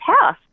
house